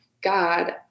god